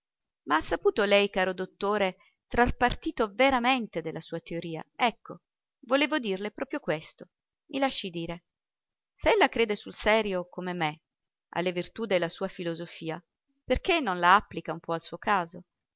ma ha saputo lei caro dottore trar partito veramente della sua teoria ecco volevo dirle proprio questo mi lasci dire se ella crede sul serio come me alla virtù della sua filosofia perché non la applica un po al suo caso